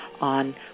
on